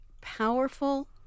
powerful